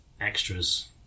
extras